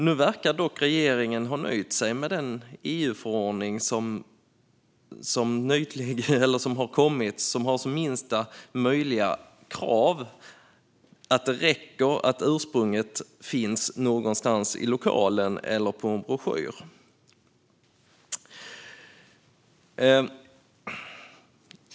Nu verkar dock regeringen ha nöjt sig med den EU-förordning som har kommit och där minsta möjliga krav är att det räcker att ursprunget finns någonstans i lokalen eller på en broschyr.